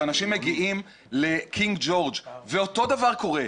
כשאנשים מגיעים לקינג ג'ורג' ואותו דבר קורה,